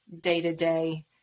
day-to-day